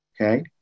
Okay